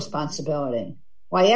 responsibility why